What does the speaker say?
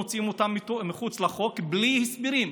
מוציאים אותן מחוץ לחוק בלי הסברים.